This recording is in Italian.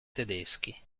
tedeschi